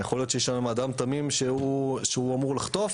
יכול להיות שיש שם אדם תמים שאמור לחטוף.